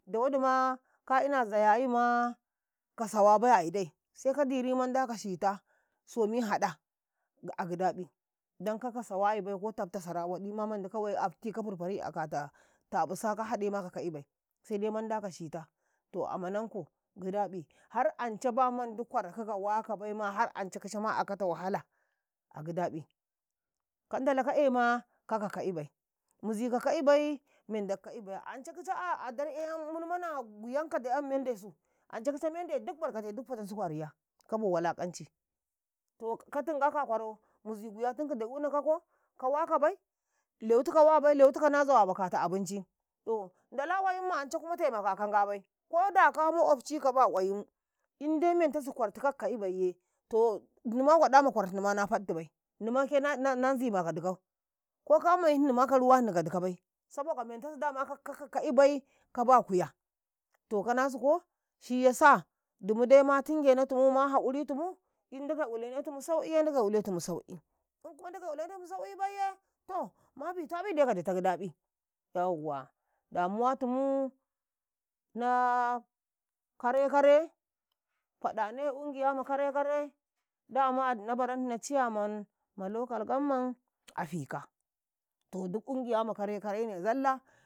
﻿Da waɗimu ka ina zayayima ka sawabai a idai seka diri manda ka shita somi haɗa ga a gidaƃi, dan kaka sawayibai ko tafta sara waɗi ma mandi ka wai afti a furfari akata taƃusa ka haɗu ka ka'ibai se manda kashita toh ammanankau giɗaƃi, har ance ba mandi kwarakukau waka baima har anca kica ma akata wahala, a gidabi kandala ka ema ka ka'ibai mizi ka'ka ibai menda ka'ka ibai, ance kica an a darcan mana guyanka da 'yan mendesu anca kice mende duk barkate duk fatan suke a riya kabo walaqanci to katingaka a kwarau mizi guyatinki da eunakako kawa kabai lewu tikau wabai lewi tikau nazawa makata abinci to ndala qwayimma ance kuma tema kakangabai ko ka ma'obci kaba qwayim indementasi kwartika ka ka'ibayye to inni waɗa ma kwarhinima na faɗtubai nimanke na nannzima ka dikau ko ka mayahinnima ka ruwahini ka dikabai saboka mentasi dama ka ka ka ka'ibai, kaba kuya to kanasiko inni zabkau, toh shiyasa dumude ma tingenatumu ma haquritumu in ndagai uletumu sau'i, inkuma ndagai ulenemu sau'ibay ye to ma bitaɓi de ka dita gidabi yawwa, damuwa tumu naa kare-kare faɗane ungiyama kare-kare daman dina baranhina chairman a fika to du'ungiya ma kare-karene zallah.